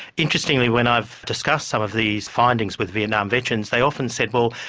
interestingly, when i've discussed some of these findings with vietnam veterans they often said, well,